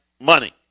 money